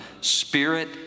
spirit